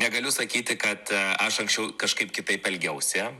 negaliu sakyti kad aš anksčiau kažkaip kitaip elgiausi